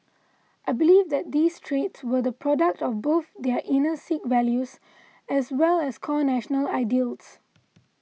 I believe that these traits were the product of both their inner Sikh values as well as core national ideals